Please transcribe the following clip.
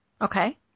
okay